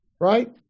right